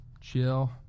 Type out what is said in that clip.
chill